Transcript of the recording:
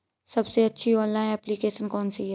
सबसे अच्छी online application कौन सी है?